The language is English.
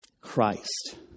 Christ